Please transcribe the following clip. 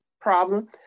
problem